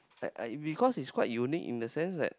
like uh because it's quite unique in the sense that